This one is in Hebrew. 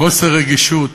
חוסר רגישות,